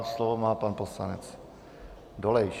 Slovo má pan poslanec Dolejš.